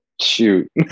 Shoot